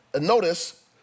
Notice